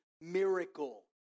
miracle